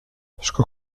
sco